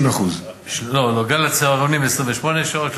90%. לא לא, בעניין הצהרונים, 28 שעות.